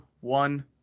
one